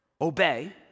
obey